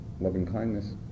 loving-kindness